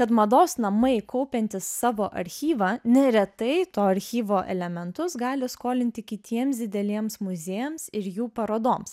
kad mados namai kaupiantys savo archyvą neretai to archyvo elementus gali skolinti kitiems dideliems muziejams ir jų parodoms